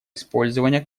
использования